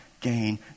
Gain